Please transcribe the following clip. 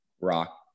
rock